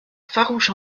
farouche